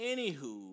Anywho